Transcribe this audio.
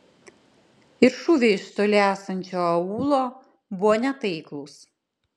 ir šūviai iš toli esančio aūlo buvo netaiklūs